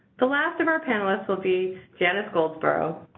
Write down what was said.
the last of our panelists will be janice goldsborough,